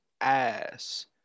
ass